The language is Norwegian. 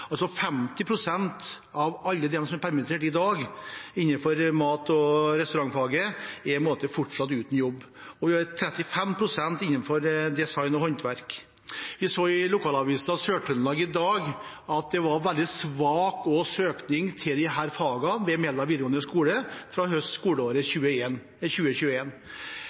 av alle dem som innenfor restaurant- og matfaget er permittert i dag, er fortsatt uten jobb, og det er 35 pst. innenfor design og håndverk. Vi så i Avisa Sør-Trøndelag i dag at det var veldig svak søkning til disse fagene ved Meldal videregående skole for skoleåret